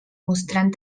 mostrant